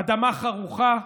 אדמה חרוכה,